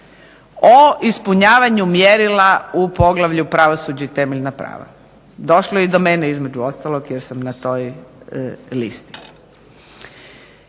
o ispunjavanju mjerila u poglavlju pravosuđe i temeljna prava. Došlo je do mene između ostalog jer sam na toj listi.